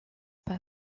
par